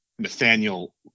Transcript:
Nathaniel